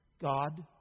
God